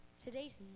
Today's